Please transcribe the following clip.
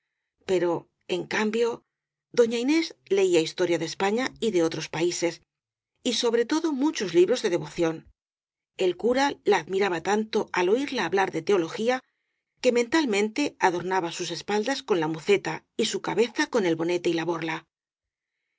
pero en cambio doña inés leía historia de españa y de otros países y sobre todo muchos libros de devoción el cura la admiraba tanto al oirla hablar de teología que mentalmente adornaba sus espaldas con la muceta y su cabeza con el bonete y la borla